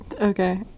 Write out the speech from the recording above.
Okay